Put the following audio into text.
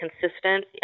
consistent